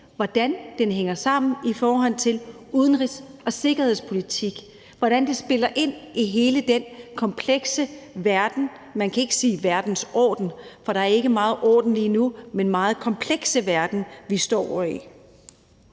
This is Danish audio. hvordan den hænger sammen, hvad angår udenrigs- og sikkerhedspolitik; hvordan det spiller ind i hele den komplekse verden – man kan ikke sige verdensorden, for der er ikke meget orden lige nu – vi står i.